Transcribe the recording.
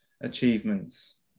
achievements